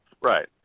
right